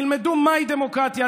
תלמדו מהי דמוקרטיה.